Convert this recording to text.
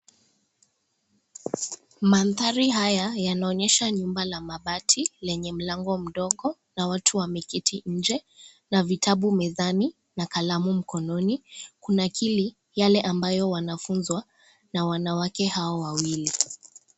Mandhari haya yanaonyesha nyumba la mabati lenye mlango mdogo, na watu wameketi nje ,na vitabu mezani, na kalamu mkononi ,kunakili yale ambayo wanafunzwa na wanawake hao wawili.